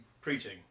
Preaching